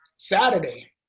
saturday